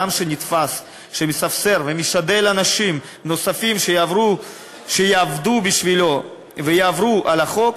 אדם שנתפס שמספסר ומשדל אנשים נוספים שיעבדו בשבילו ויעברו על החוק,